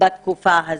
בתקופת הקורונה.